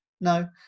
No